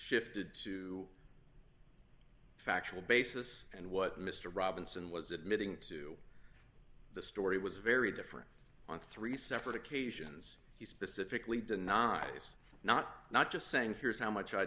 shifted to a factual basis and what mr robinson was admitting to the story was very different on three separate occasions he specifically denies not not just saying here's how much i